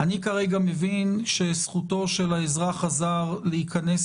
אני כרגע מבין שזכותו של האזרח הזר להיכנס